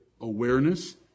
awareness